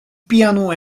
piano